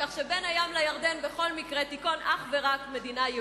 כך שבין הים לירדן בכל מקרה תיכון אך ורק מדינה,